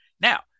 Now